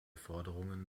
forderungen